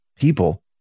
people